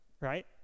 right